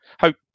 Hope